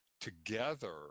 together